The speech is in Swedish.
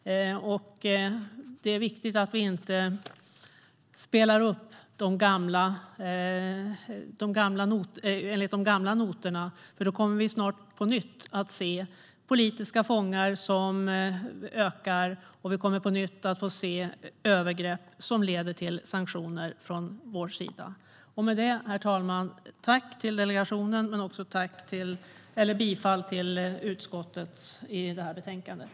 Det är viktigt att vi inte spelar efter gamla noter, för då kommer vi snart att på nytt se ett ökat antal politiska fångar och övergrepp som leder till sanktioner från vår sida. Herr talman! Jag tackar delegationen och yrkar bifall till utskottets förslag i betänkandet.